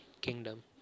kingdom